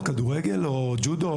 כדורגל או ג'ודו.